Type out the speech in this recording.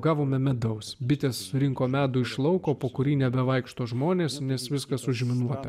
gavome medaus bitės surinko medų iš lauko po kurį nebevaikšto žmonės nes viskas užminuota